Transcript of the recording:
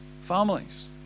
families